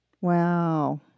Wow